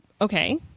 Okay